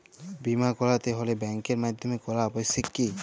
বিমা করাতে হলে ব্যাঙ্কের মাধ্যমে করা আবশ্যিক কি?